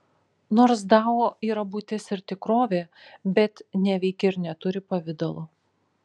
nors dao yra būtis ir tikrovė bet neveikia ir neturi pavidalo